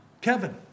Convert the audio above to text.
Kevin